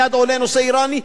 מייד עולה נושא אירני.